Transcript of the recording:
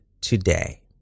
today